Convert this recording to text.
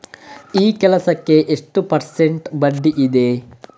ಈ ಸಾಲಕ್ಕೆ ಎಷ್ಟು ಪರ್ಸೆಂಟ್ ಬಡ್ಡಿ ಇದೆ?